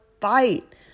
fight